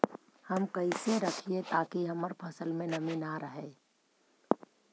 हम कैसे रखिये ताकी हमर फ़सल में नमी न रहै?